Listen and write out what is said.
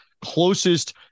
closest